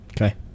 Okay